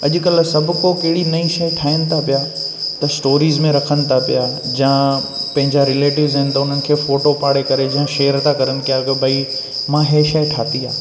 अॼुकल्ह सभु को कहिड़ी नईं शइ ठाहिनि था पिया त स्टोरीस में रखनि था पिया जा पंहिंजा रिलेटिव्स आहिनि त उन्हनि खे फोटो पाड़े करे शेयर था करनि की भई मां हीअ शइ ठाही आहे